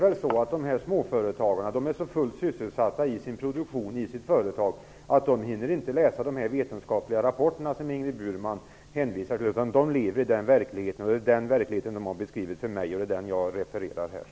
Dessa småföretagare är så fullt sysselsatta i sin produktion i sitt företag att de inte hinner läsa de vetenskapliga rapporter som Ingrid Burman hänvisar till. De lever i verkligheten. Det är den verklighet de har beskrivit för mig, och det är den som jag här refererar till.